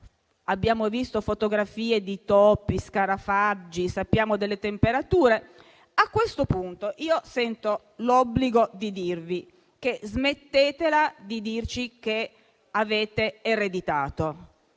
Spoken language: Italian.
Abbiamo visto fotografie di topi, scarafaggi e siamo a conoscenza delle temperature. A questo punto, sento l'obbligo di chiedervi di smetterla di dirci che avete ereditato